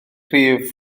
rhif